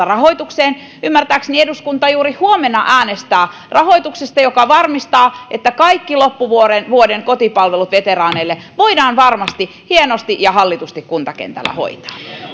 rahoitukseen ymmärtääkseni eduskunta juuri huomenna äänestää rahoituksesta joka varmistaa että kaikki loppuvuoden kotipalvelut veteraaneille voidaan varmasti hienosti ja hallitusti kuntakentällä hoitaa